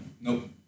Nope